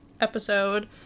episode